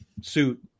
suit